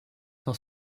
dans